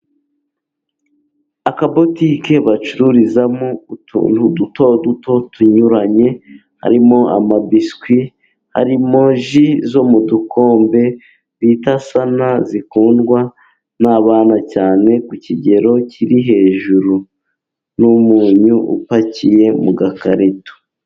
Akabotiki bacururizamo utuntu duto duto tunyuranye harimo amabiswi ,harimo nizo mu dukombe bita sana zikundwa n'abana cyane ku kigero kiri hejuru n'umunyu upakiye mu gakarito.